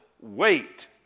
wait